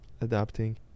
adapting